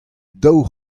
daou